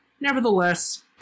nevertheless